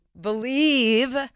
believe